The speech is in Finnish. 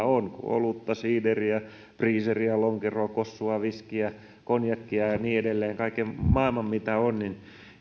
on olutta siideriä breezeriä lonkeroa kossua viskiä konjakkia ja niin edelleen kaiken maailman mitä on niin